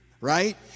right